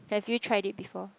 have you tried it before